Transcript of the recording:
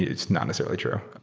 it's not necessarily true.